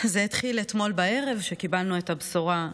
זה התחיל אתמול בערב כשקיבלנו את הבשורה,